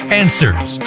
answers